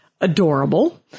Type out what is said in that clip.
adorable